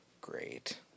great